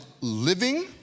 living